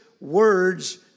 words